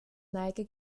neige